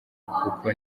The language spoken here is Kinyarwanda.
kuko